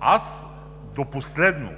Аз до последно,